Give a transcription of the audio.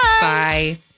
Bye